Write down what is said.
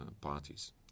parties